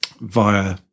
via